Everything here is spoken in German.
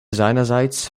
seinerseits